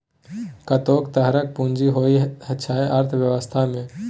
कतेको तरहक पुंजी होइ छै अर्थबेबस्था मे